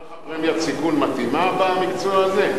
אז פרמיית סיכון מתאימה במקצוע הזה?